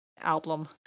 album